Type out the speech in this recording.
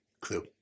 Clue